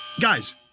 Guys